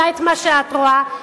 את מה שאת רואה,